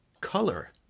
color